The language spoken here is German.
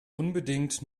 unbedingt